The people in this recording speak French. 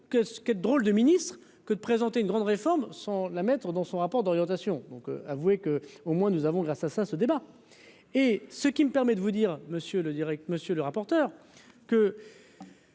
est drôle de ministres que de présenter une grande réforme. Sans la mettre dans son rapport d'orientation donc avouer que, au moins nous avons grâce à ça, ce débat. Et ce qui me permet de vous dire monsieur le Direct,